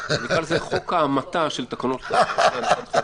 נקרא לזה חוק ההמתה של תקנות לשעת חירום,